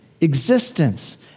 existence